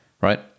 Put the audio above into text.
right